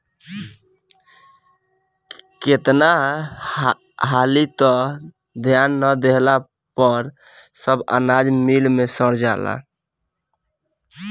केतना हाली त ध्यान ना देहला पर सब अनाज मिल मे सड़ जाला